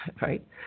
right